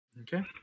Okay